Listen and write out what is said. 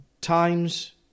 times